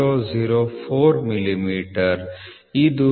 004 millimetre ಇದು 39